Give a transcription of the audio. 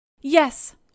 Yes